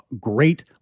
great